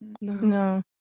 no